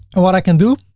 and what i can do?